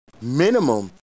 minimum